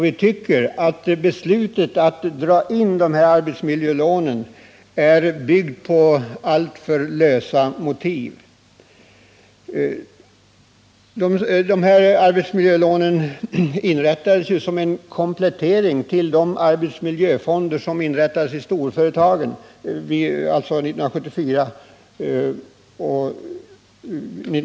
Vi tycker att beslutet att dra in arbetsmiljögarantilånen är alltför dåligt motiverat. Arbetsmiljögarantilånen tillkom ju som en komplettering till de arbetsmiljöfonder som inrättades vid storföretagen 1974.